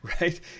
right